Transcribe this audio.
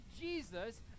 Jesus